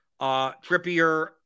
Trippier